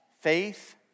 Faith